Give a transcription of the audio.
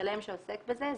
שלם שעוסק בזה.